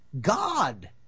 God